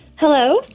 Hello